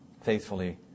faithfully